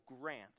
grant